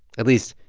at least,